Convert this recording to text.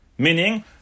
Meaning